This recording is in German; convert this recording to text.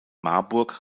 marburg